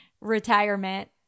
retirement